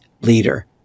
leader